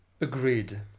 Agreed